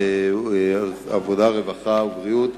הרווחה והבריאות.